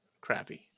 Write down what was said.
crappy